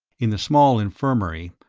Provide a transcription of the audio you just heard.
in the small infirmary,